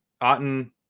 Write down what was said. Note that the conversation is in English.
Otten